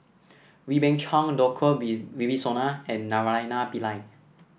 Wee Beng Chong Djoko Wibisono and Naraina Pillai